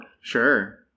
Sure